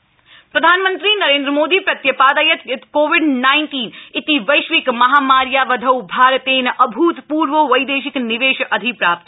PM IIT submit प्रधानमन्त्री नरेन्द्रमोदी प्रत्य ादयत् यत् Covid nineteen इति वैश्विक महामार्यावधौ भारतेन अभूतपुर्वो वैदेशिक निवेश अधिप्राप्त